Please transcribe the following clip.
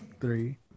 three